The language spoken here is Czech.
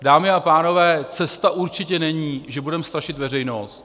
Dámy a pánové, cesta určitě není, že budeme strašit veřejnost.